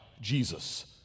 Jesus